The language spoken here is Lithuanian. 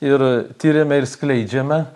ir tiriame ir skleidžiame